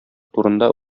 турында